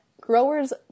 growers